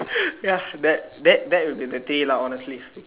ya that that that is the day lah honestly speaking